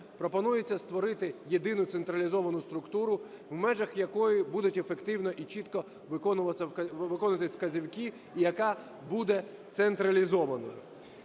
пропонується створити єдину централізовану структуру, в межах якої будуть ефективно і чітко виконуватись вказівки і яка буде централізованою.